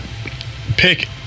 pick